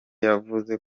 yavuze